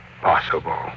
possible